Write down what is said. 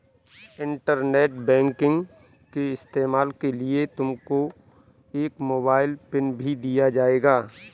internet banking के इस्तेमाल के लिए तुमको एक मोबाइल पिन भी दिया जाएगा